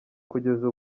kugeza